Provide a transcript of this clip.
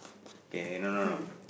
kay no no no